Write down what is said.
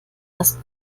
das